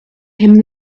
him